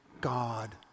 God